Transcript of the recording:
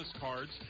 cards